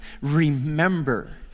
Remember